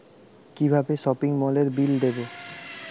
কিভাবে সপিং মলের বিল দেবো?